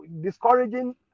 discouraging